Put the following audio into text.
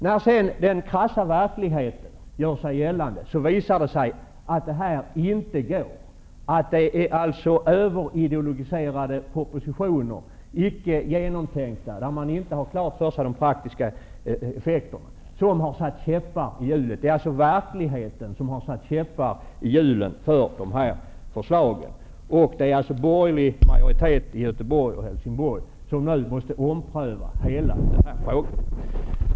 När sedan den krassa verkligheten gör sig gällande visar det sig att detta inte går. Det är alltså överideologiserade propositioner som inte är genomtänkta. Man har inte de praktiska effekterna klara för sig. Det är alltså verkligheten som har satt käppar i hjulen för de här förslagen. Det är borgerliga majoriteter i Göteborg och Helsingborg som nu måste ompröva hela denna fråga.